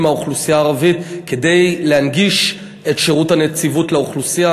מהאוכלוסייה הערבית כדי להנגיש את שירות הנציבות לאוכלוסייה,